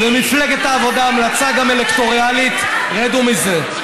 ומפלגת העבודה, גם המלצה אלקטורלית: רדו מזה.